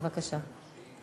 בבקשה.